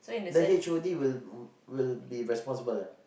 the H_O_D will will be responsible ah